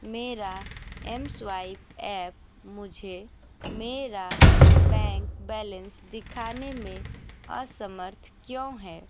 मेरा M swipe app मुझे मेरा बैंक बैलेंस दिखाने में असमर्थ क्यों है